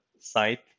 site